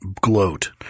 gloat